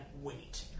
wait